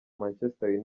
manchester